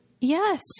Yes